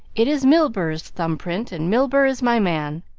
it is milburgh's thumb-print and milburgh is my man!